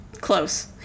Close